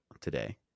today